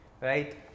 right